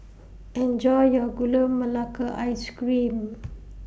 Enjoy your Gula Melaka Ice Cream